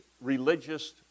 religious